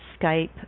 Skype